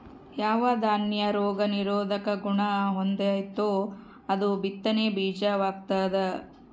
ಯಾವ ದಾನ್ಯ ರೋಗ ನಿರೋಧಕ ಗುಣಹೊಂದೆತೋ ಅದು ಬಿತ್ತನೆ ಬೀಜ ವಾಗ್ತದ